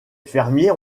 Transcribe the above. fermiers